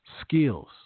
skills